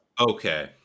Okay